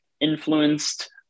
influenced